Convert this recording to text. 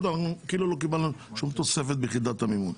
אנחנו כאילו לא קיבלנו שום תוספת ביחידת המימון.